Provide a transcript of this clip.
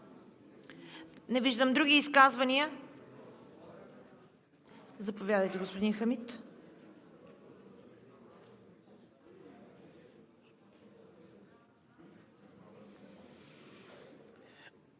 Не виждам. Други изказвания? Заповядайте, господин Хамид.